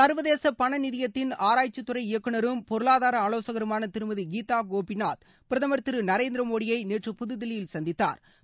சர்வதேச பண நிதியத்தின் ஆராய்ச்சித்துறை இயக்குநரும் பொருளாதார ஆலோசகருமான திருமதி கீதா கோபிநாத் பிரதமர் திரு நரேந்திர் மோடியை நேற்று புதுதில்லியில் சந்தித்தாா்